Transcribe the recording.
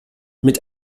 mit